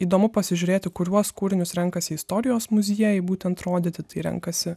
įdomu pasižiūrėti kuriuos kūrinius renkasi istorijos muziejuj būtent rodyti tai renkasi